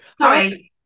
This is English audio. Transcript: Sorry